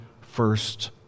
first